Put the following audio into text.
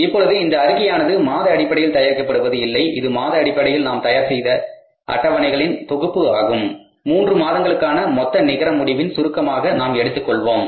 இப்பொழுது இந்த அறிக்கையானது மாத அடிப்படையில் தயாரிக்கப்படுவது இல்லை இது மாத அடிப்படையில் நாம் தயார் செய்த அட்டவணைகளின் தொகுப்பு ஆகும் 3 மாதங்களுக்கான மொத்த நிகர முடிவின் சுருக்கமாக நாம் எடுத்துக் கொள்வோம்